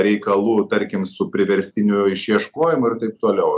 reikalų tarkim su priverstiniu išieškojimu ir taip toliau